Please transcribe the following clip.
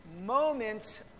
moments